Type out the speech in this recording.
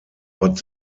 but